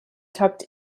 tucked